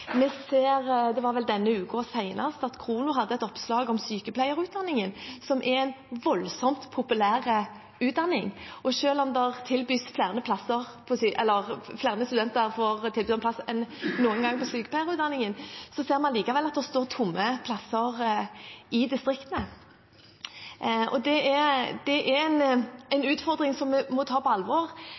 Vi ser – det var vel senest denne uken – at Khrono hadde et oppslag om sykepleierutdanningen, som er en voldsomt populær utdanning, og selv om flere studenter enn noen gang får tilbud om plass på sykepleierutdanningen, ser man likevel at det står plasser tomme i distriktene. Det er en utfordring som vi må ta på alvor.